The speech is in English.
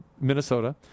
Minnesota